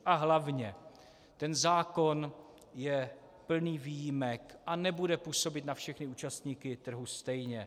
A hlavně ten zákon je plný výjimek a nebude působit na všechny účastníky trhu stejně.